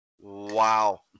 Wow